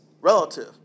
relative